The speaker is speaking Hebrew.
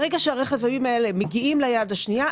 ברגע שהרכבים האלה מגיעים ליד השנייה,